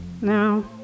No